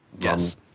Yes